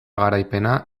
garaipena